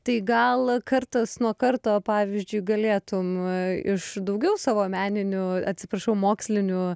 tai gal kartas nuo karto pavyzdžiui galėtum iš daugiau savo meninių atsiprašau mokslinių